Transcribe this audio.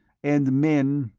and men,